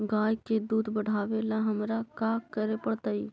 गाय के दुध बढ़ावेला हमरा का करे पड़तई?